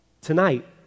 Tonight